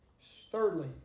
thirdly